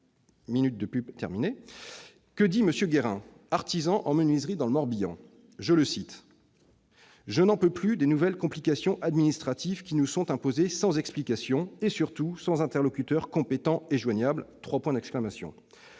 Qu'écrit M. Guérin, artisan en menuiserie dans le Morbihan ?« Je n'en peux plus des nouvelles complications administratives qui nous sont imposées sans explication et surtout sans interlocuteurs compétents et joignables !!